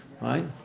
right